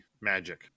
magic